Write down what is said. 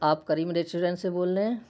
آپ کریم ریسٹورینٹ سے بول رہے ہیں